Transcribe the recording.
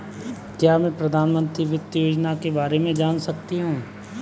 क्या मैं प्रधानमंत्री वित्त योजना के बारे में जान सकती हूँ?